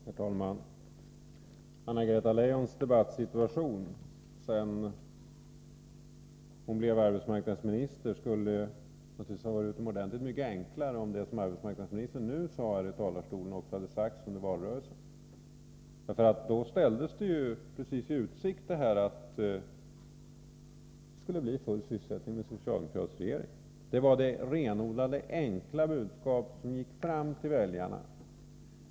Herr talman! Anna-Greta Leijons debattsituation sedan hon blev arbetsmarknadsminister skulle naturligtvis ha varit mycket enklare om det som arbetsmarknadsministern nu sade från talarstolen hade sagts under valrörelsen. Då ställdes ju i utsikt precis detta, att vi med en socialdemokratisk regering skulle få full sysselsättning. Det var det renodlade och enkla budskap som gick fram till väljarna.